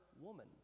woman